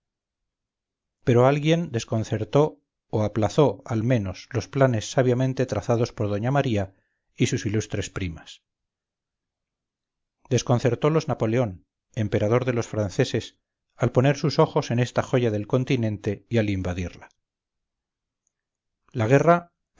pero alguien desconcertó o aplazó al menos los planes sabiamente trazados por doña maría y sus ilustres primas desconcertolos napoleón emperador de los franceses al poner sus ojos en esta joya del continente y al invadirla la guerra